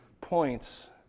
points